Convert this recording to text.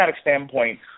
standpoint